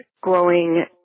growing